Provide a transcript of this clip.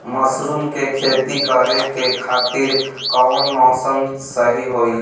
Mushroom के खेती करेके खातिर कवन मौसम सही होई?